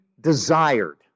desired